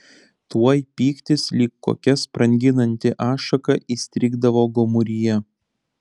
tuoj pyktis lyg kokia spranginanti ašaka įstrigdavo gomuryje